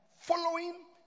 following